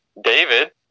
David